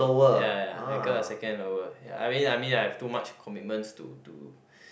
ya ya I got a second lower ya I mean I mean I've too much commitments to to